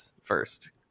first